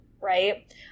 right